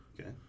Okay